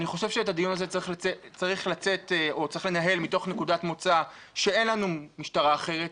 אני חושב שאת הדיון הזה צריך לנהל מנקודת מוצא שאין לנו משטרה אחרת,